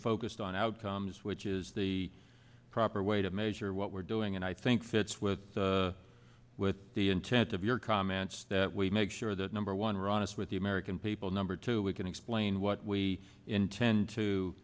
focused on outcomes which is the proper way to measure what we're doing and i think fits with with the intent of your comments that we make sure that number one we're honest with the american people number two we can explain what we intend to